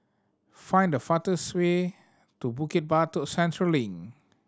find the fastest way to Bukit Batok Central Link